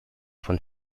von